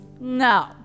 No